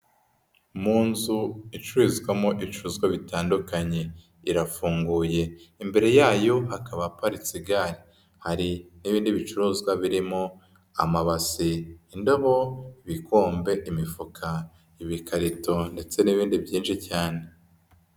Mu nzu icururizwamo ibicuruzwa bitandukanye irafunguye imbere yayo hakaba haparitse igare, hari ibindi bicuruzwa birimo amabasi, indabo, bikombe, imifuka, ibikarito ndetse n'ibindi byinshi cyane.